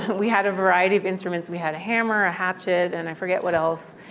we had a variety of instruments. we had a hammer, a hatchet and i forget what else.